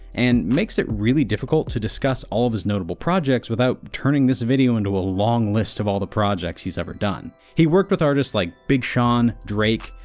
and makes it really difficult to discuss all of his notable projects without turning this video into a long list of all the projects he's ever done. he's worked with artists like big sean, drake,